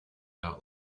out